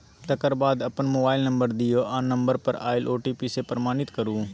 तकर बाद अपन मोबाइल नंबर दियौ आ नंबर पर आएल ओ.टी.पी सँ प्रमाणित करु